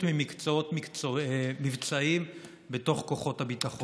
ממקצועות מבצעיים בתוך כוחות הביטחון.